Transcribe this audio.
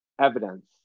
evidence